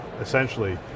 essentially